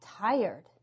tired